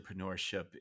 entrepreneurship